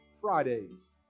Fridays